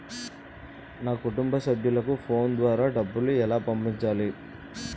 నా కుటుంబ సభ్యులకు ఫోన్ ద్వారా డబ్బులు ఎలా పంపించాలి?